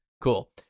Cool